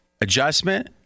adjustment